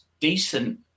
decent